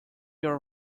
your